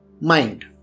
mind